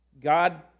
God